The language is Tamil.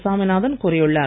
சாமிநாதன் கூறியுள்ளார்